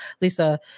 lisa